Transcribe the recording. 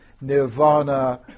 nirvana